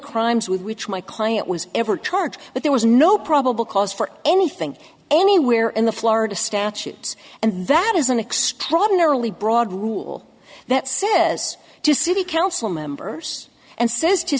crimes with which my client was ever charged but there was no probable cause for anything anywhere in the florida statutes and that is an extraordinarily broad rule that says to city council members and says t